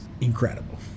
incredible